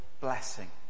blessing